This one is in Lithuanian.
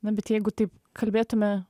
na bet jeigu taip kalbėtume